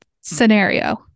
scenario